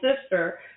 sister